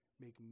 make